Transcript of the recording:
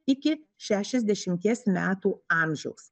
iki šešiasdešimties metų amžiaus